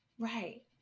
Right